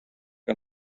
que